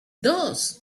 dos